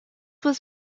was